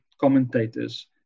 commentators